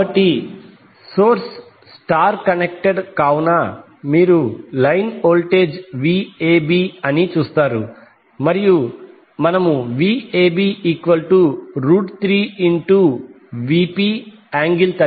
కాబట్టి source star connected కావున మీరు లైన్ వోల్టేజ్ Vab అని చూస్తారు మరియు మనము Vab3Vp∠30°